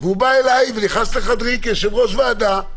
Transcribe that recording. הוא בא אליי, כיושב-ראש ועדה,